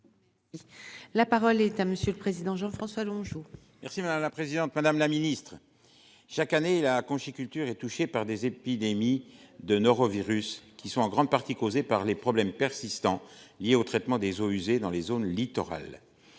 La parole est à monsieur le président Jean-François Longeot. Merci madame la présidente, madame la ministre. Chaque année la conchyliculture est touché par des épidémies de norovirus qui sont en grande partie causée par les problèmes persistants liés au traitement des eaux usées dans les zones littorales.